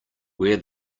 where